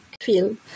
Feel